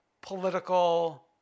political